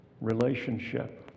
relationship